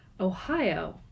Ohio